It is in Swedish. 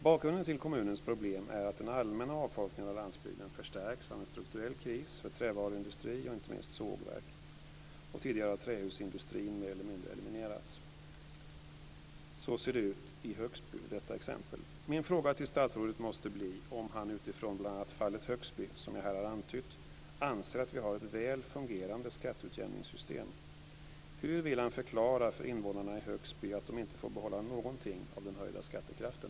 Bakgrunden till kommunens problem är att den allmänna avfolkningen av landsbygden förstärkts av en strukturell kris för trävaruindustri och inte minst sågverk. Tidigare har trähusindustrin mer eller mindre eliminerats. Så ser det ut i exemplet Högsby. Min fråga till statsrådet måste bli om han utifrån bl.a. fallet Högsby, som jag här har antytt, anser att vi har ett väl fungerande skatteutjämningssystem. Hur vill han förklara för invånarna i Högsby att de inte får behålla någonting av den höjda skattekraften?